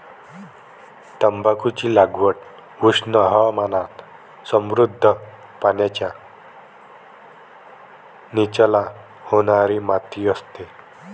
तंबाखूची लागवड उष्ण हवामानात समृद्ध, पाण्याचा निचरा होणारी माती असते